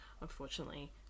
Unfortunately